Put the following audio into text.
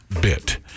bit